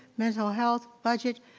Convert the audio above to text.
mental health, budgets,